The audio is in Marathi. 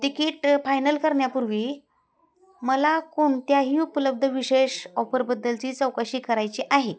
तिकीट फायनल करण्यापूर्वी मला कोणत्याही उपलब्ध विशेष ऑफरबद्दलची चौकशी करायची आहे